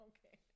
Okay